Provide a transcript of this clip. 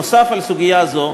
נוסף על סוגיה זו,